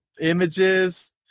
images